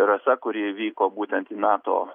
rasa kuri vyko būtent į nato